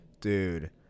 Dude